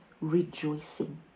rejoicing